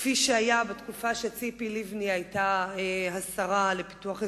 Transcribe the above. כפי שהיה בתקופה שציפי לבני היתה השרה לפיתוח אזורי,